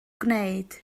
gwneud